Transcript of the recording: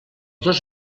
dos